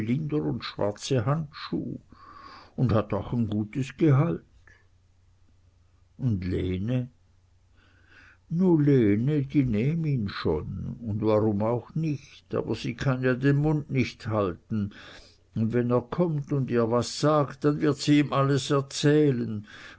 un schwarze handschuh un hat auch ein gutes gehalt un lene nu lene die nähm ihn schon und warum auch nich aber sie kann ja den mund nich halten und wenn er kommt und ihr was sagt dann wird sie ihm alles erzählen